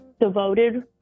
devoted